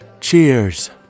Cheers